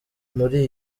muri